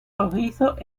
rojizos